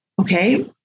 okay